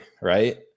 right